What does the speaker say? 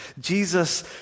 Jesus